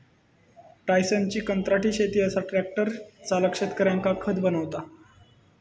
टायसनची कंत्राटी शेती असा ट्रॅक्टर चालक शेतकऱ्यांका खत बनवता